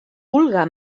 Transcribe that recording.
vulga